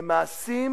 למעשים